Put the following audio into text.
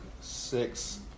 six